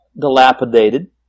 dilapidated